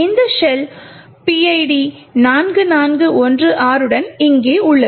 இந்த shell PID 4416 உடன் இங்கே உள்ளது